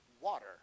water